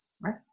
right